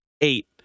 Eight